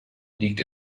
liegt